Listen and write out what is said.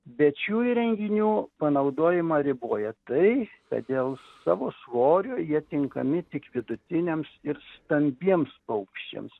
bet šių įrenginių panaudojimą riboja tai kad dėl savo svorio jie tinkami tik vidutiniams ir stambiems paukščiams